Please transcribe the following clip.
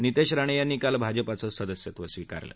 नितेश राणेयांनी काल भाजपाचं सदस्यत्व स्वीकारलं